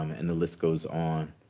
um and the list goes on,